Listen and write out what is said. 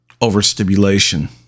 overstimulation